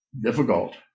difficult